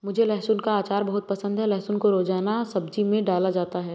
मुझे लहसुन का अचार बहुत पसंद है लहसुन को रोजाना सब्जी में डाला जाता है